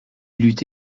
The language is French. lutte